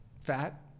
Fat